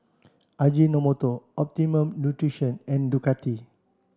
Ajinomoto Optimum Nutrition and Ducati